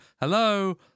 hello